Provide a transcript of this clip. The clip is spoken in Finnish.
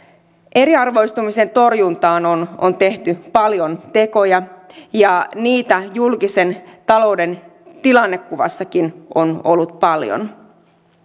eriarvoistumisen torjuntaan on on tehty paljon tekoja ja niitä julkisen talouden tilannekuvassakin on ollut paljon